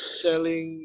selling